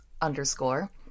underscore